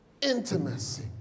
intimacy